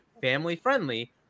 family-friendly